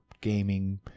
gaming